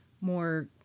more